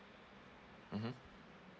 mmhmm